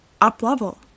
up-level